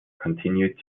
continued